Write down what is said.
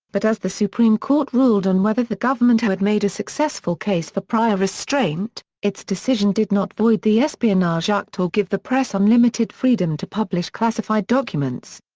but as the supreme court ruled on whether the government had made a successful case for prior restraint, its decision did not void the espionage act or give the press unlimited freedom to publish classified documents.